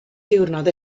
diwrnod